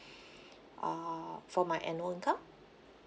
uh for my annual income